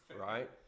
right